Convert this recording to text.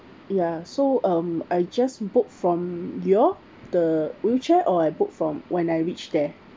ya so um I just book from you the wheelchair or I book from when I reach there